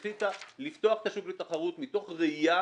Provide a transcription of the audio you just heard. החליטה לפתוח את השוק לתחרות מתוך ראייה